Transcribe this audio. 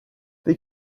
they